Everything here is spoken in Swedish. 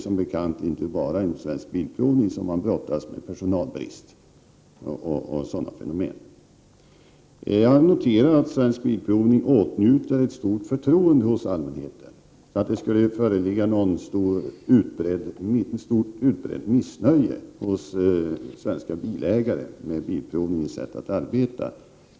Som bekant är det inte bara inom Svensk Bilprovning som man brottas med personalbrist och sådana problem. Jag noterar att Svensk Bilprovning åtnjuter stort förtroende hos allmänheten. Jag har i varje fall inte fått någon bekräftelse på att det skulle föreligga något stort utbrett missnöje hos svenska bilägare med bilprovningens sätt att arbeta.